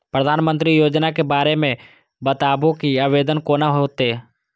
प्रधानमंत्री योजना के बारे मे बताबु की आवेदन कोना हेतै?